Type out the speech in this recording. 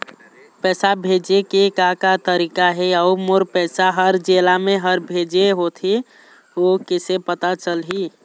पैसा भेजे के का का तरीका हे अऊ मोर पैसा हर जेला मैं हर भेजे होथे ओ कैसे पता चलही?